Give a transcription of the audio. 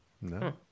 no